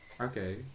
okay